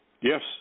Yes